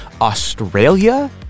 Australia